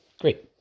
great